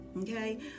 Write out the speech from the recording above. okay